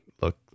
look